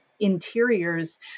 Interiors